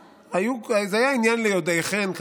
זה היה עניין ליודעי חן.